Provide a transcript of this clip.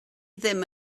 ddim